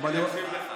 באתי להקשיב לך.